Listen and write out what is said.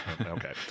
Okay